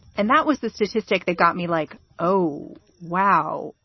and that was the statistic that got me like, oh, wow,